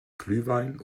glühwein